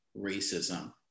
racism